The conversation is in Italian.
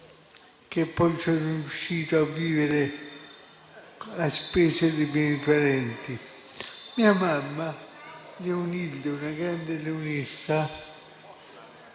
e sono riuscito a vivere a spese dei miei parenti. Mia mamma, Leonilde, una grande leonessa,